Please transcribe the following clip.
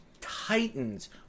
titans